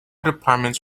departments